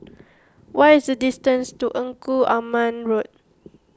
what is the distance to Engku Aman Road